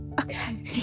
Okay